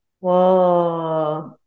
Whoa